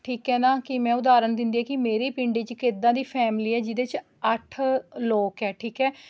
ਠੀਕ ਹੈ ਨਾ ਕਿ ਮੈਂ ਉਦਾਹਰਨ ਦਿੰਦੀ ਹਾਂ ਕਿ ਮੇਰੇ ਪਿੰਡ ਵਿੱਚ ਇੱਕ ਇੱਦਾਂ ਦੀ ਫੈਮਿਲੀ ਆ ਜਿਹਦੇ ਵਿੱਚ ਅੱਠ ਲੋਕ ਹੈ ਠੀਕ ਹੈ